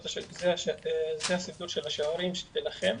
זה הסידור של השיעורים שלכם,